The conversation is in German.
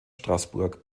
straßburg